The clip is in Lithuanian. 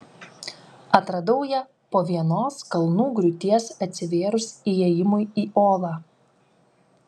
atradau ją po vienos kalnų griūties atsivėrus įėjimui į olą